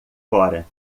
fora